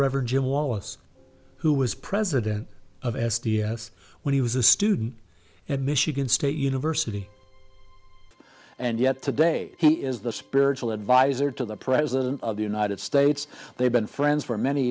reverend jim wallace who was president of s d s when he was a student at michigan state university and yet today he is the spiritual adviser to the president of the united states they've been friends for many